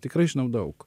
tikrai žinau daug